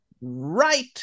right